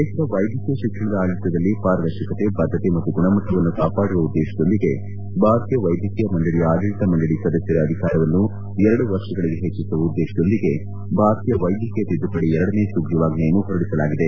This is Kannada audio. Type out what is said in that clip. ದೇಶದ ವೈದ್ಯಕೀಯ ಶಿಕ್ಷಣದ ಆಡಳಿತದಲ್ಲಿ ಪಾರದರ್ಶಕತೆ ಬದ್ದತೆ ಮತ್ತು ಗುಣಮಟ್ಟವನ್ನು ಕಾಪಾಡುವ ಉದ್ದೇಶದೊಂದಿಗೆ ಭಾರತೀಯ ವೈದ್ಯಕೀಯ ಮಂಡಳಿಯ ಆಡಳಿತ ಮಂಡಳಿ ಸದಸ್ಯರ ಅಧಿಕಾರವನ್ನು ಎರಡು ವರ್ಷಗಳಿಗೆ ಹೆಚ್ಚಿಸುವ ಉದ್ದೇಶದೊಂದಿಗೆ ಭಾರತೀಯ ವೈದ್ಯಕೀಯ ತಿದ್ದುಪಡಿ ಎರಡನೇ ಸುಗ್ರೀವಾಜ್ವೆಯನ್ನು ಹೊರಡಿಸಲಾಗಿದೆ